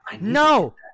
No